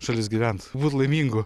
šalis gyventi būti laimingu